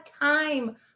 time